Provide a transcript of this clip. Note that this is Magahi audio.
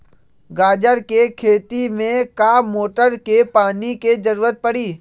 गाजर के खेती में का मोटर के पानी के ज़रूरत परी?